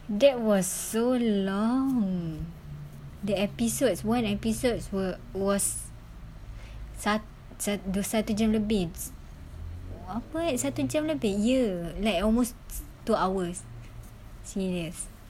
that was so long the episodes one episodes were was satu satu jam lebih apa eh satu jam lebih ye like almost two hours serious